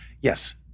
Yes